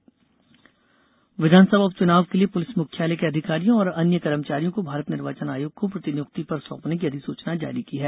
police प्रतिनियुक्ति विघानसभा उपचुनाव के लिये पुलिस मुख्यालय के अधिकारियों और अन्य कर्मचारियों को भारत निर्वाचन आयोग को प्रतिनियुक्ति पर सौंपने की अधिसूचना जारी की है